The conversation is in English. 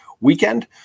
weekend